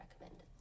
recommend